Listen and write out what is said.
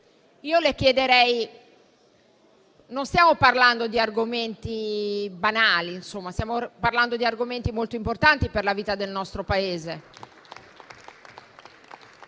Presidente, non stiamo parlando di argomenti banali, ma di argomenti molto importanti per la vita del nostro Paese.